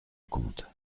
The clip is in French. comte